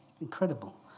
Incredible